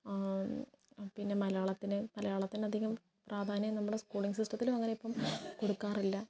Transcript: പിന്നെ മലയാളത്തിലെ മലയാളത്തിലധികം പ്രാധാന്യം നമ്മള് സ്കൂളിംഗ് സിസ്റ്റത്തിലും അങ്ങനെ ഇപ്പം കൊടുക്കാറില്ല